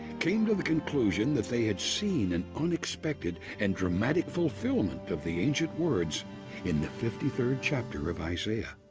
came to the conclusion that they had seen an unexpected and dramatic fulfillment. of the ancient words in the fifty third chapter of isaiah.